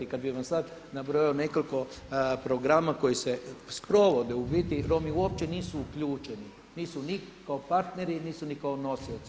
Kad bih vam sad nabrojao nekoliko programa koji se sprovode, u biti Romi uopće nisu uključeni, nisu ni kao partneri, nisu ni kao nosioci nego